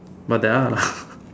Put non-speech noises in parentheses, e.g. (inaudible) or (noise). but there are lah (laughs)